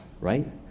right